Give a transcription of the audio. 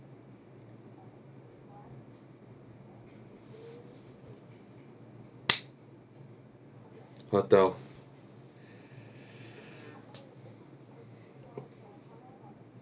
hotel